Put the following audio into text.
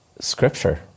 Scripture